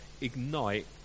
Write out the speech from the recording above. ignite